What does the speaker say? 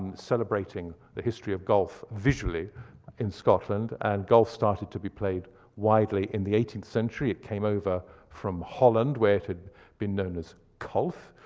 celebrating the history of golf visually in scotland, and golf started to be played widely in the eighteenth century. it came over from holland, where it had been known as colf,